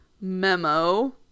memo